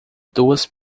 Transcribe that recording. duas